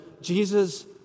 Jesus